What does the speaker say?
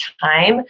time